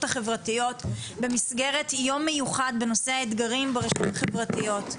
החברתיות במסגרת יום מיוחד בנושא האתגרים ברשתות החברתיות.